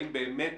האם באמת,